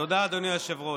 תודה, אדוני היושב-ראש.